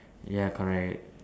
ya correct